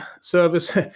service